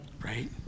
right